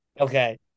Okay